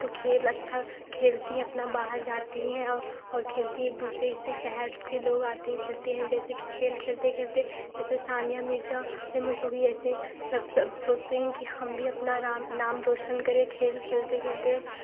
तो खेल अच्छा खेलती हैं अपना बाहर जाती हैं और और खेलती हैं एक दूसरे से शहर के लोग आते हैं खेलते हैं जैसे कि खेल खेलते खेलते जैसे सानिया मिर्जा फेमस हो गई ऐसे सब सब सोचते हैं कि हम भी अपना राम नाम रोशन करें खेल खेलते खेलते